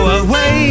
away